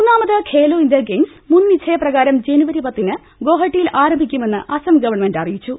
മൂന്നാമത് Khelo India games മുൻ നിശ്ചയ പ്രകാരം ജനു വരി പത്തിന് ഗോഹട്ടിയിൽ ആരംഭിക്കുമെന്ന് അസം ഗവൺമെന്റ് അറിയിച്ചു